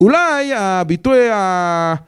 אולי הביטוי ה...